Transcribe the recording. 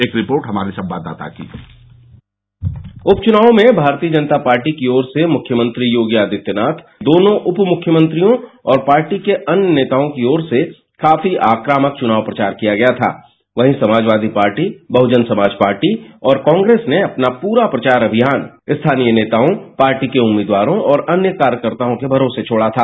एक रिपोर्ट हमारे संवाददाता की उपच्रनाव में भारतीय जनता पार्टी की ओर से मुख्यमंत्री योगी आदित्यनाथ दोनों उप मुख्यमंत्रियों और पार्टी के अन्य नेताओं की ओर से काफी आक्रामक चुनाव प्रचार किया गया था वहीं समाजवादी पार्टी बहुजन समाज पार्टी और कांग्रेस ने अपना पूरा प्रचार अभियान स्थानीय नेताओं पार्टी के उम्मीदवारों और अन्य कार्यकर्तोओं के भरोसे छोड़ दिया था